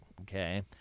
Okay